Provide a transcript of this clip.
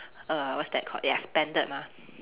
err what's that called it expanded mah